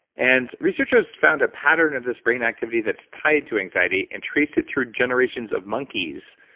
and researchers found a pattern of this brain activity that's tied to anxiety, and traced it through generations of monkeys.